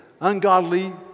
ungodly